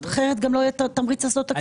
אחרת גם לא יהיה תמריץ לעשות תקציב.